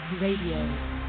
Radio